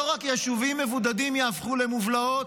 לא רק יישובים מבודדים יהפכו למובלעות,